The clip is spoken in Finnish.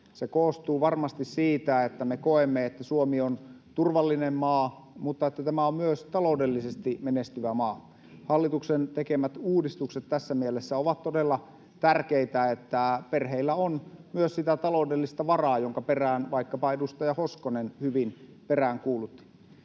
Se koostuu varmasti siitä, että me koemme, että Suomi on turvallinen maa mutta että tämä on myös taloudellisesti menestyvä maa. Hallituksen tekemät uudistukset tässä mielessä ovat todella tärkeitä, että perheillä on myös sitä taloudellista varaa, jonka perään vaikkapa edustaja Hoskonen hyvin peräänkuulutti.